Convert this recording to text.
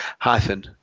hyphen